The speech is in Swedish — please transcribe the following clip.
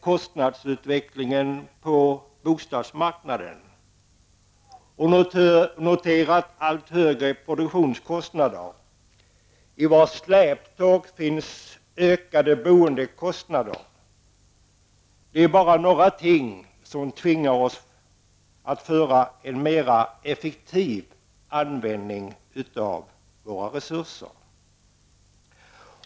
Kostnadsutvecklingen på bostadsmarknaden och de höga produktionskostnaderna, i vars släptåg följer ökade boendekostnader, är bara några av de ting som tvingar fram en mer effektiv användning av våra resurser.